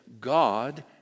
God